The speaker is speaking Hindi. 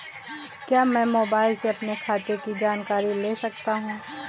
क्या मैं मोबाइल से अपने खाते की जानकारी ले सकता हूँ?